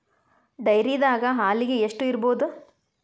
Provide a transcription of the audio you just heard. ಡೈರಿದಾಗ ಹಾಲಿಗೆ ಎಷ್ಟು ಇರ್ಬೋದ್?